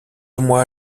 moi